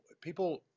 people